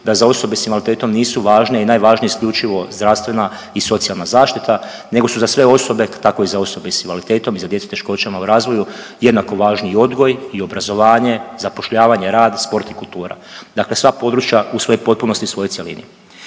da za osobe s invaliditetom nisu važne i najvažnije isključivo zdravstvena i socijalna zaštita, nego su za sve osobe, tako i za osobe s invaliditetom i za djecu s teškoćama u razvoju jednako važni i odgoj i obrazovanje, zapošljavanje, rad, sport i kultura, dakle sva područja u svojoj potpunosti svojoj cjelini.